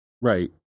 Right